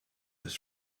his